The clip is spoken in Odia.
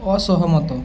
ଅସହମତ